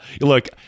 look